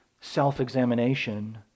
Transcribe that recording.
self-examination